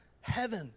heaven